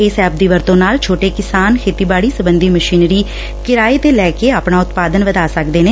ਇਸ ਐੱਪ ਦੀ ਵਰਤੋਂ ਨਾਲ ਛੋਟੇ ਕਿਸਾਨ ਖੇਤੀਬਾੜੀ ਸਬੰਧੀ ਮਸ਼ੀਨਰੀ ਕਿਰਾਏ ਤੇ ਲੈ ਕੇ ਆਪਣਾ ਉਤਪਾਦਨ ਵਧਾ ਸਕਦੇ ਨੇ